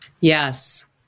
yes